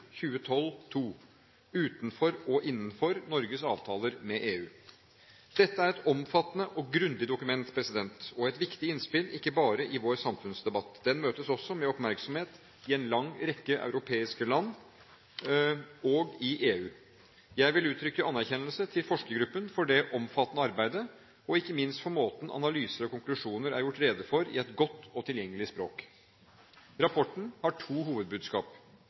2012: 2, Utenfor og innenfor – Norges avtaler med EU. Dette er et omfattende og grundig dokument og et viktig innspill ikke bare i vår samfunnsdebatt. Den møtes også med oppmerksomhet i en lang rekke europeiske land og i EU. Jeg vil uttrykke anerkjennelse til forskergruppen for det omfattende arbeidet og ikke minst for måten analyser og konklusjoner er gjort rede for i et godt og tilgjengelig språk. Rapporten har to hovedbudskap: